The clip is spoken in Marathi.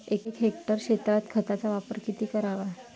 एक हेक्टर क्षेत्रात खताचा वापर किती करावा?